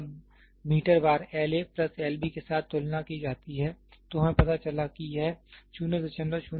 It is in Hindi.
जब मीटर बार L a plus L b के साथ तुलना की जाती है तो हमें पता चला कि यह 00003 से कम है